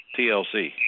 TLC